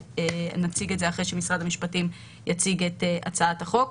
ונציג את זה אחרי שמשרד המשפטים יציג את הצעת החוק.